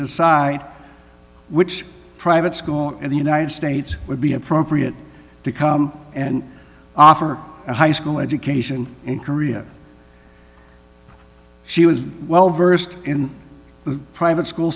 decide which private school in the united states would be appropriate to come and offer a high school education in korea she was well versed in the private school